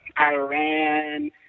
Iran